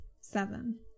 seven